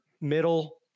middle